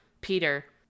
Peter